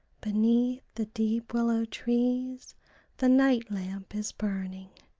beneath the deep willow-trees the night-lamp is burning.